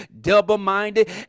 double-minded